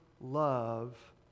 love